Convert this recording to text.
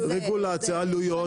עלויות,